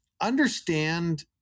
understand